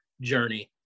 journey